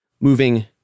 moving